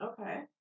Okay